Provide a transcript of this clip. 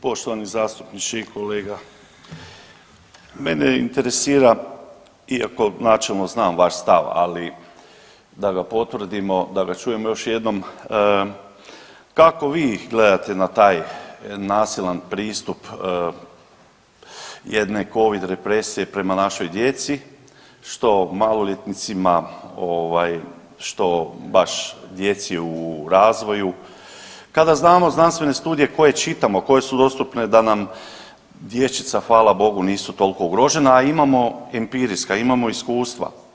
Poštovani zastupniče i kolega, mene interesira iako načelno znam vaš stav ali da ga potvrdimo, da ga čujemo još jednom kako vi gledate na taj nasilan pristup jedne Covid represije prema našoj djeci što maloljetnicima ovaj što baš djeci u razvoju kada znamo znanstvene studije koje čitamo, koje su dostupne da nam dječica hvala Bogu nisu toliko ugrožena, a imamo empirijska, imamo iskustva.